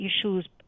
issues